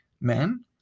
men